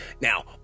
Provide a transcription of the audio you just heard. Now